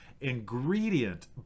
ingredient